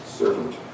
servant